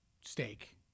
steak